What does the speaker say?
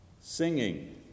Singing